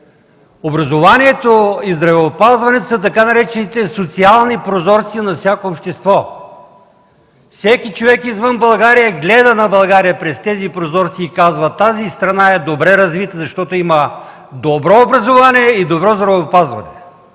Образованието и здравеопазването са така наречените „социални прозорци” на всяко общество. Всеки човек извън България гледа на България през тези прозорци и казва: „Тази страна е добре развита, защото има добро образование и добро здравеопазване”.